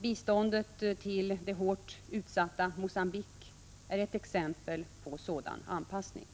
Biståndet till det hårt utsatta Mogambique är ett exempel på sådan anpassning.